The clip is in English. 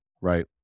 right